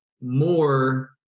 more